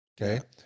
Okay